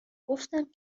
گفتم